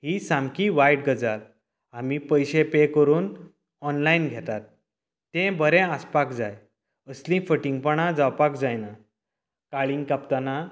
ही सामकी वायट गजाल आमी पयशें पे करून ऑनलायन घेतात तें बरें आसपाक जाय असली फटींगपणां जावपाक जायना काळींग कापतना